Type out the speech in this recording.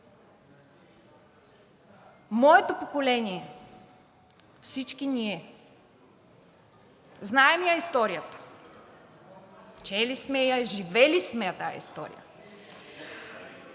Моето поколение, всички ние знаем историята, чели сме я, живели сме я тази история